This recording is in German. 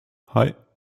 hei